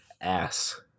ass